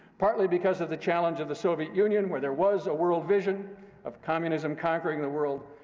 partly because of the challenge of the soviet union, where there was a world vision of communism conquering the world,